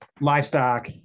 livestock